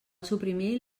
suprimir